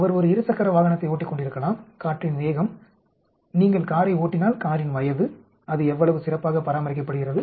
அவர் ஒரு இரு சக்கர வாகனத்தை ஓட்டிக்கொண்டிருக்கலாம் காற்றின் வேகம் நீங்கள் காரை ஓட்டினால் காரின் வயது அது எவ்வளவு சிறப்பாக பராமரிக்கப்படுகிறது